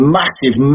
massive